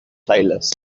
playlist